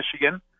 Michigan